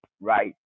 right